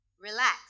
Relax